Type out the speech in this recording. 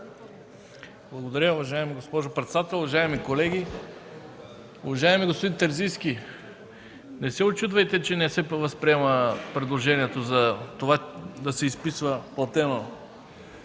Благодаря, уважаема госпожо председател. Уважаеми колеги! Уважаеми господин Терзийски, не се учудвайте, че не се възприема предложението за това да се изписва „платена